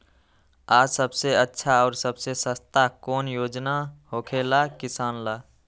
आ सबसे अच्छा और सबसे सस्ता कौन योजना होखेला किसान ला?